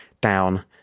down